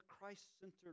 Christ-centered